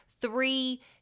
three